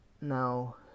Now